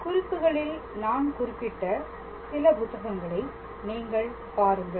குறிப்புகளில் நான் குறிப்பிட்ட சில புத்தகங்களை நீங்கள் பாருங்கள்